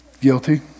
Guilty